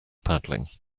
paddling